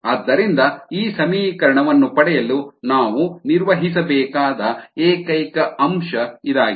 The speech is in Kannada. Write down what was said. ಆದ್ದರಿಂದ ಈ ಸಮೀಕರಣವನ್ನು ಪಡೆಯಲು ನಾವು ನಿರ್ವಹಿಸಬೇಕಾದ ಏಕೈಕ ಅಂಶ ಇದಾಗಿದೆ